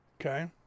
Okay